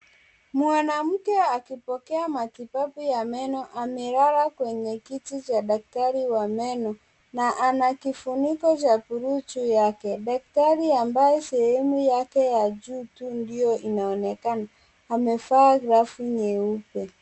Mwanamke akipokea matibabu ya meno amelala kwenye kiti cha dakatari wa meno na ana kifuniko cha buluu juu yake . Daktari ambaye sehemu yake ya juu tu ndiyo inaonekana amevaa glavu nyeupe.